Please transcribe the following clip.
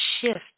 shift